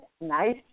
Nice